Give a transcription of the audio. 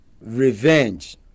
revenge